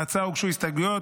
להצעה הוגשו הסתייגויות.